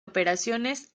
operaciones